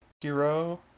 hero